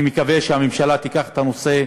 אני מקווה שהממשלה תיקח את הנושא,